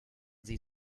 sie